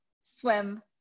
swim